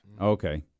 Okay